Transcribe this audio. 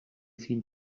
seen